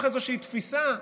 מתוך איזושהי תפיסה,